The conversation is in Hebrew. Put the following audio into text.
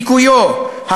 דיכויו,